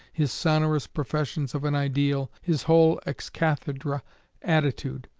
his sonorous professions of an ideal, his whole ex cathedra attitude.